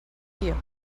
hier